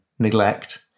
neglect